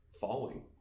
following